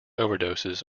overdoses